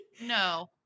No